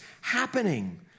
happening